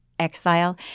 Exile